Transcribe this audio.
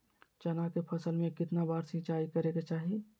चना के फसल में कितना बार सिंचाई करें के चाहि?